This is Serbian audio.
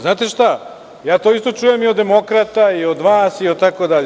Znate šta, ja to isto čujem i od demokrata i od vas itd.